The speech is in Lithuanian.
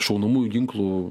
šaunamųjų ginklų